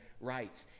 rights